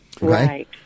Right